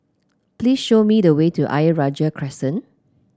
please show me the way to Ayer Rajah Crescent